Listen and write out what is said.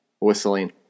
Whistling